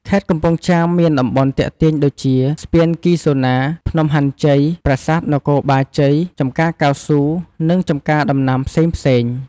ខេត្តកំពង់ចាមមានតំបន់ទាក់ទាញដូចជា ស្ពានគីហ្សូណា ភ្នំហាន់ជ័យ ប្រាសាទនគរបាជ័យ ចំការកៅស៊ូ និងចំការដំណាំផ្សេងៗ។